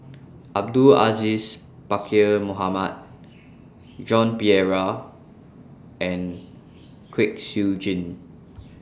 Abdul Aziz Pakkeer Mohamed Joan Pereira and Kwek Siew Jin